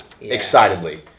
excitedly